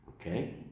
okay